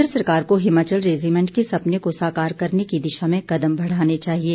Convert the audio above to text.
केन्द्र सरकार को हिमाचल रेजीमेंट के सपने को साकार करने की दिशा में कदम बढ़ाने चाहिये